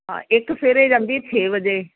ਹਾਂ ਇੱਕ ਸਵੇਰੇ ਜਾਂਦੀ ਛੇ ਵਜੇ